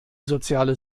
soziale